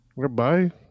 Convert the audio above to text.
Goodbye